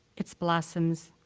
its blossoms,